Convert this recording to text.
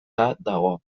dago